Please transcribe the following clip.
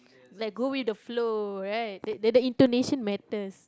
like go with the flow right that the Indonesian matters